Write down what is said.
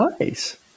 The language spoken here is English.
nice